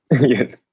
yes